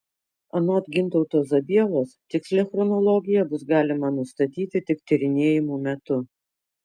anot gintauto zabielos tikslią chronologiją bus galima nustatyti tik tyrinėjimų metu